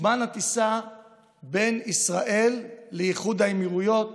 זמן הטיסה בין ישראל לאיחוד האמירויות